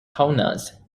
kaunas